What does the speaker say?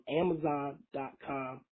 Amazon.com